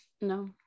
no